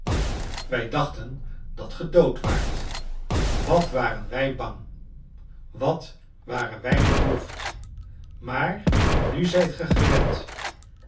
wij dachten dat gij dood waart wat waren wij bang wat waren wij bedroefd maar nu zijt ge gered